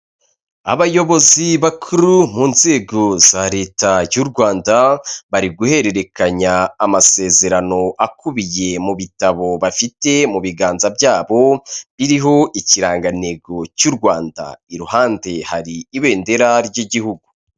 Abayobozi bakuru mu nzego za leta y'u rwanda; bari guhererekanya amasezerano akubiye mu bitabo bafite mu biganza byabo; biriho ikirangantego cy'u rwanda, iruhande hari ibendera ry'igihugu.